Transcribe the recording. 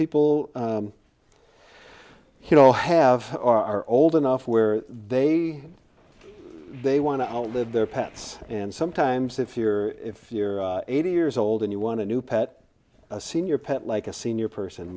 people you know have are old enough where they they want to live their pets and sometimes if you're if you're eighty years old and you want to new pet a senior pet like a senior person